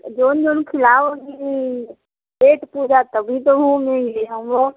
अब जोन जोन खिलाओगी पेट पूजा तभी तो होगी हम वो